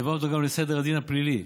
העברנו אותו גם לסדר הדין הפלילי,